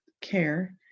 care